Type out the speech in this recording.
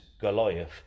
Goliath